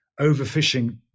overfishing